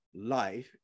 life